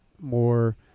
more